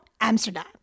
Amsterdam